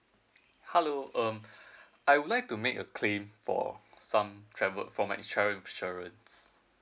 hello um I would like to make a claim for some travel from my travel insurance